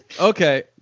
Okay